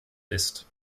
ist